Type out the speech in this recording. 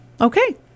Okay